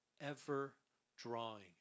ever-drawing